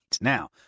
Now